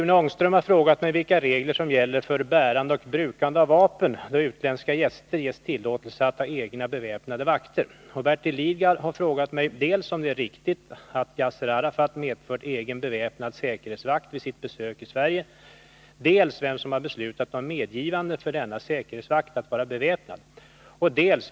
Enligt tidningsuppgifter har PLO-ledaren vid sitt besök i Sverige medfört egen beväpnad säkerhetsvakt. 1. Är uppgiften riktig? 2. Vem har beslutat om medgivande för denna säkerhetsvakt att vara beväpnad? 3.